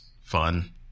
fun